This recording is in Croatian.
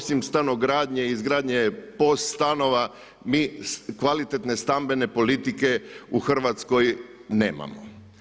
Osim stanogradnje i izgradnje POS stanova mi kvalitetne stambene politike u Hrvatskoj nemamo.